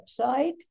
website